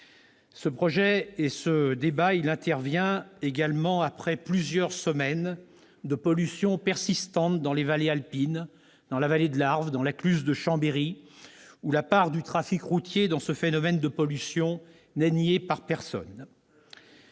du projet. Ce débat intervient également après plusieurs semaines de pollution persistante dans les vallées alpines, la vallée de l'Arve et la cluse de Chambéry notamment. La part du trafic routier dans ce phénomène n'est niée par personne.